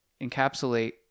encapsulate